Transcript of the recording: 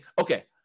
okay